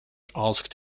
asked